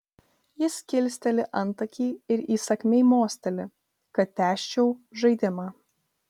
jis kilsteli antakį ir įsakmiai mosteli kad tęsčiau žaidimą